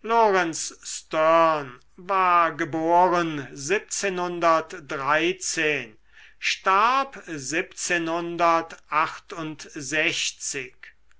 lorenz sterne war geboren starb